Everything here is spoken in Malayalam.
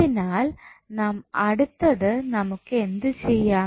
അതിനാൽ അടുത്തത് നമുക്ക് എന്തു ചെയ്യാം